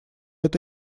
это